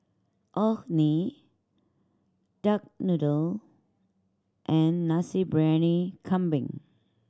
Orh Nee duck noodle and Nasi Briyani Kambing